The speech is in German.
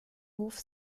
hof